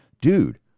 Dude